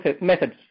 methods